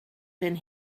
been